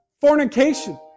fornication